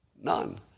None